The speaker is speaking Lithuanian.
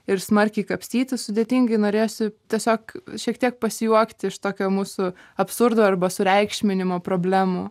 ir smarkiai kapstyti sudėtingai norėjosi tiesiog šiek tiek pasijuokti iš tokio mūsų absurdo arba sureikšminimo problemų